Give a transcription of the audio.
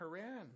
Haran